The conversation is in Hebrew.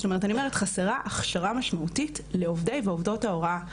זאת אומרת אני אומרת חסרה הכשרה משמעותית לעובדי ועובדות ההוראה.